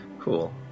Cool